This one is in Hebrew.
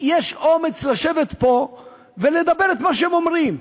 יש להם אומץ לשבת פה ולהגיד את מה שהם אומרים?